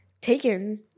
taken